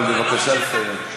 אבל בבקשה לסיים.